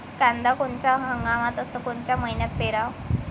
कांद्या कोनच्या हंगामात अस कोनच्या मईन्यात पेरावं?